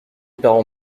parents